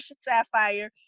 Sapphire